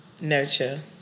nurture